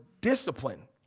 discipline